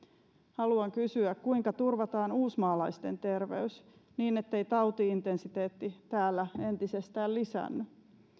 haluan kysyä kuinka turvataan uusmaalaisten terveys niin ettei tauti intensiteetti täällä entisestään lisäänny